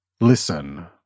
Listen